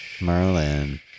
Merlin